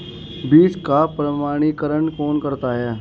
बीज का प्रमाणीकरण कौन करता है?